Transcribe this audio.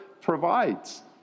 provides